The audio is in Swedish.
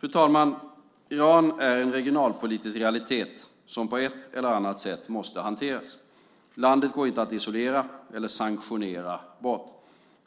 Fru talman! Iran är en regionalpolitisk realitet som på ett eller annat sätt måste hanteras. Landet går inte att isolera eller sanktionera bort.